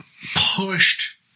pushed